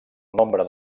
nombre